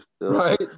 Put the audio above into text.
Right